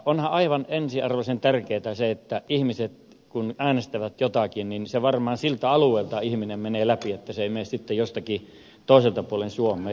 onhan aivan ensiarvoisen tärkeätä se että kun ihmiset äänestävät jotakin varmaan siltä alueelta ihminen menee läpi että ei mene sitten jostakin toiselta puolelta suomea